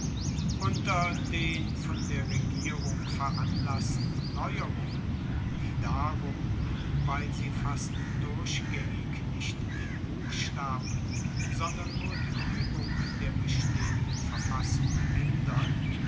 unter den von der regierung veranlassten neuerungen die darum weil sie fast durchgaengig nicht den buchstaben sondern nur die uebung der bestehenden verfassung aendern